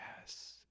yes